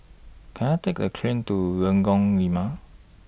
Can I Take The train to Lengkok Lima